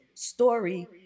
story